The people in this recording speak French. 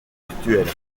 actuels